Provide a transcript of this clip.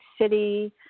city